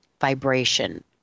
vibration